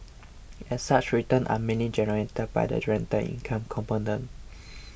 as such returns are mainly generated by the rental income component